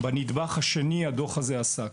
בנדבך השני הדוח הזה עסק.